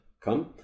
come